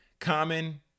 common